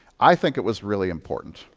i think it was really important.